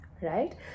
Right